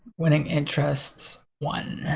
winning interests one.